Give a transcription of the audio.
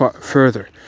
further